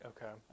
Okay